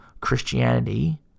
Christianity